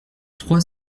trois